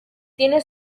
tiene